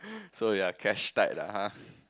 so you're cash tight lah [huh]